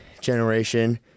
generation